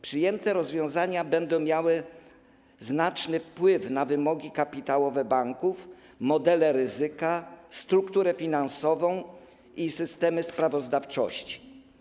Przyjęte rozwiązania będą miały znaczny wpływ na wymogi kapitałowe banków, modele ryzyka, strukturę finansową i systemy sprawozdawczości.